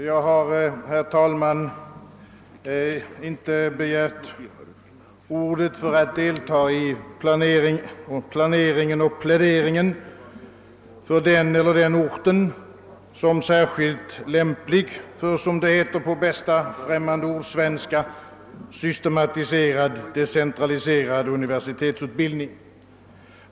Herr talman! Jag har inte begärt ordet för att delta i planeringen och pläderingen för den eller den orten som särskilt lämplig för — som det heter på bästa främmande-ord-svenska — systematiserad decentraliserad universitetsutbildning.